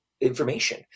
information